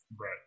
Right